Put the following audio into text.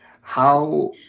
how-